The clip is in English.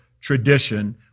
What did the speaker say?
tradition